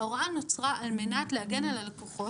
ההוראה נוצרה על מנת להגן על הלקוחות,